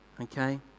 Okay